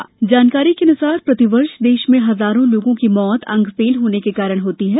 आधिकारिक जानकारी के अनुसार प्रतिवर्ष देश में हजारों लोगों की मृत्यु अंग फेल्योर होने के कारण होती है